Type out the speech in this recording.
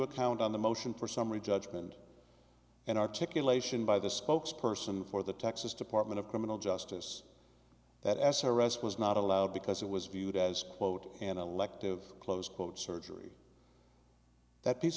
account on the motion for summary judgment and articulation by the spokes person for the texas department of criminal justice that s r s was not allowed because it was viewed as quote an elective close quote surgery that piece